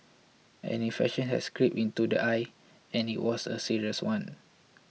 an infection has crept into the eye and it was a serious one